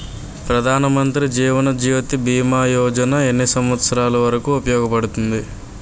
ప్రధాన్ మంత్రి జీవన్ జ్యోతి భీమా యోజన ఎన్ని సంవత్సారాలు వరకు ఉపయోగపడుతుంది?